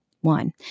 One